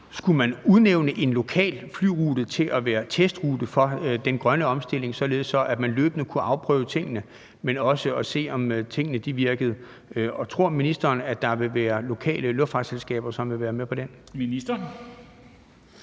Skulle man udnævne en lokal flyrute til at være testrute for den grønne omstilling, således at man løbende kunne afprøve tingene og se, om tingene virker? Tror ministeren, at der vil være lokale luftfartsselskaber, som vil være med på den?